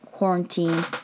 quarantine